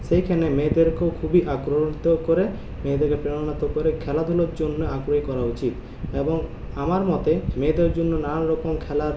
সেইখানে মেয়েদেরকেও খুবই করে মেয়েদেরকে প্রেরণা করে খেলাধুলোর জন্য আগ্রহী করা উচিত এবং আমার মতে মেয়েদের জন্য নানান রকম খেলার